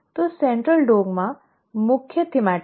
तो central dogma मुख्य विषयगत है